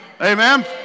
Amen